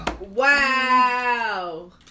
Wow